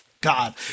god